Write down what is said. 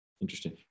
Interesting